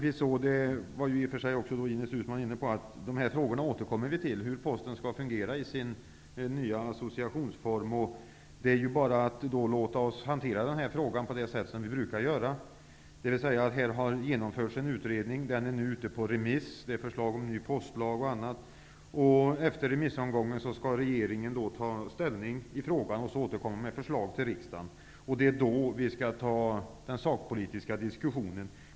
Vi återkommer till frågorna om hur Posten skall fungera i sin nya associationsform. Det var Ines Uusmann också inne på. Då är det bara att låta oss hantera den här frågan på det sätt som vi brukar göra. Det har genomförts en utredning. Den är nu ute på remiss. Det gäller förslag om en ny postlag och annat. Efter remissomgången skall regeringen ta ställning i frågan och sedan återkomma med förslag till riksdagen. Det är då vi skall föra den sakpolitiska diskussionen.